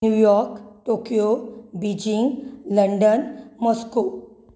New York Tokyo Beijing London Moscow